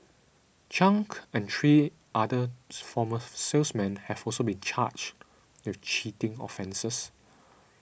Chung and three other former salesmen have also been charged with cheating offences